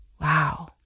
Wow